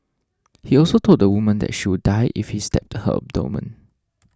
he also told the woman that she would die if he stabbed her abdomen